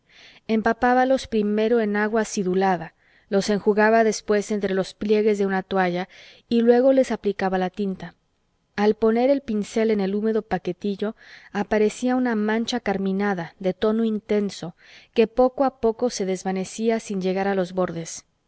rosa empapábalos primero en agua acidulada los enjugaba después entre los pliegues de una toballa y luego les aplicaba la tinta al poner el pincel en el húmedo paquetillo aparecía una mancha carminada de tono intenso que poco a poco se desvanecía sin llegar a los bordes